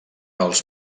els